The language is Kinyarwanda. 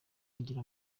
ugire